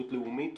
חשיבות לאומית,